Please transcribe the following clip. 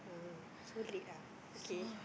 !huh! so late ah okay